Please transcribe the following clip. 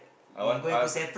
I want I've